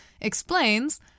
explains